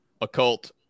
Occult